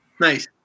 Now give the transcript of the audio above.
Nice